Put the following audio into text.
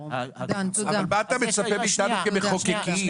אבל מה אתה מצפה מאתנו כמחוקקים?